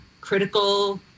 critical